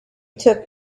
took